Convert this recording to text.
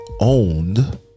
Owned